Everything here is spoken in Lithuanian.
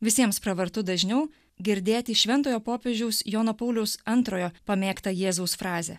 visiems pravartu dažniau girdėti šventojo popiežiaus jono pauliaus antrojo pamėgtą jėzaus frazę